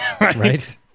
Right